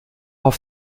auf